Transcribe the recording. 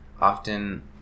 often